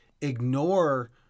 ignore